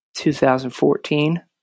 2014